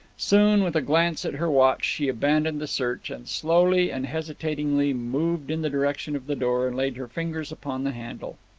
soon, with a glance at her watch, she abandoned the search, and slowly and hesitatingly moved in the direction of the door and laid her fingers upon the handle.